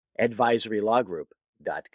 advisorylawgroup.com